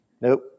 Nope